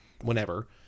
whenever